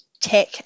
tech